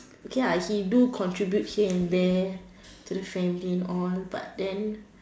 okay ah he do contribute here and there to the family and all but then